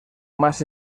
más